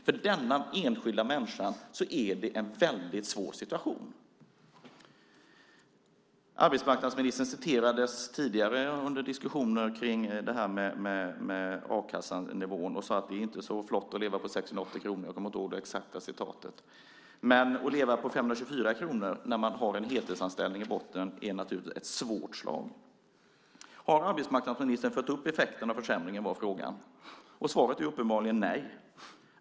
För denna enskilda människa är det en väldigt svår situation. Arbetsmarknadsministern citerades tidigare under diskussioner kring a-kassenivån. Han har sagt att det inte är så flott att leva på 690 kronor - jag kommer inte ihåg det exakta citatet. Men att behöva leva på 524 kronor när man har en heltidsanställning i botten är naturligtvis ett svårt slag. Har arbetsmarknadsministern följt upp effekten av försämringen? var frågan. Svaret är uppenbarligen nej.